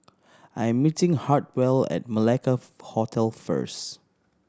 I'm meeting Hartwell at Malacca Hotel first